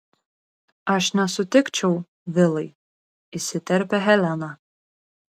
aš nesutikčiau vilai įsiterpia helena